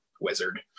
wizard